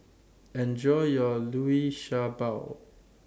Enjoy your Liu Sha Bao